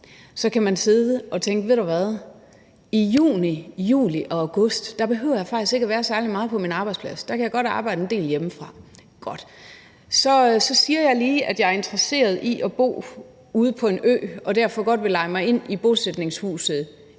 så kan man sidde og tænke: Ved du hvad, i juni, juli og august behøver jeg faktisk ikke at være særlig meget på min arbejdsplads, for der kan jeg godt arbejde en del hjemmefra. Godt. Så siger jeg lige, at jeg er interesseret i at bo ude på en ø og derfor godt vil leje mig ind i bosætningshuset